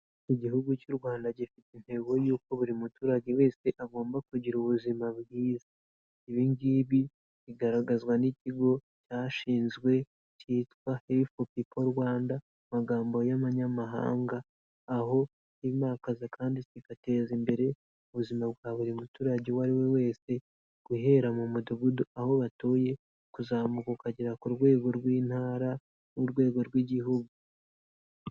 Igihugu cy'u Rwanda gifite intego y'uko buri muturage wese agomba kugira ubuzima bwiza, ibi ngibi bigaragazwa n'Ikigo cyashinzwe Healthy People Rwanda mu magambo y'abanyamahanga aho kimakaza kandi kigateza imbere ubuzima bwa buri muturage uwo ari we wese, guhera mu mudugudu aho batuye kuzamuka ukagera ku rwego rw'intara n'urwego rw'Igihugu.